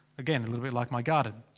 again, a little bit like my garden!